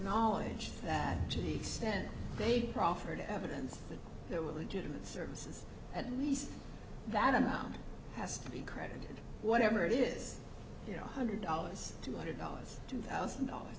acknowledge that to the stand they proffered evidence that there were legitimate services at least that amount has to be credited whatever it is you know hundred dollars two hundred dollars two thousand dollars